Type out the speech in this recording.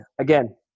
Again